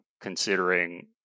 considering